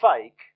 fake